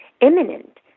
imminent